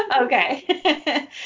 okay